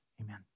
Amen